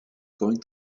going